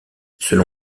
selon